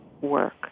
work